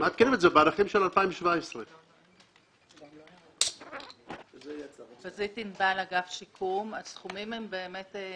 מעדכנים את זה בערכים של 2017. הסכומים הם נומינליים,